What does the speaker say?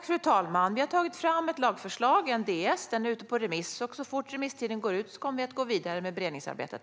Fru talman! Vi har tagit fram ett lagförslag, en Ds. Den är ute på remiss, och så fort remisstiden går ut kommer vi att gå vidare med beredningsarbetet.